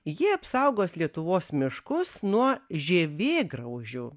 jie apsaugos lietuvos miškus nuo žievėgraužių